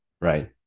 right